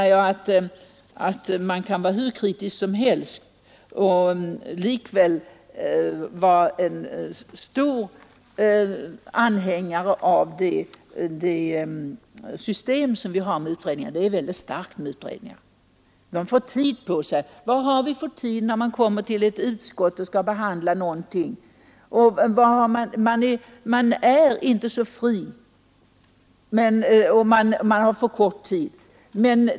Man kan vara hur kritisk som helst och likväl vara en stor anhängare av det system som vi har med utredningar. Det är starkt med utredningar. De får tid på sig. Vad har vi för tid när vi i ett utskott skall behandla en fråga? Man är inte så fri där och man har för kort tid på sig.